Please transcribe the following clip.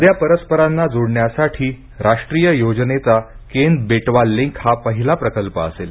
नद्या परस्परांना जोडण्यासाठी राष्ट्रीय योजनेचा केन बेटवा लिंक हा पहिला प्रकल्प असेल